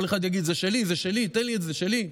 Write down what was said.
כל אחד יגיד: זה שלי, זה שלי, תן לי, זה שלי.